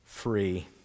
free